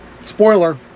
spoiler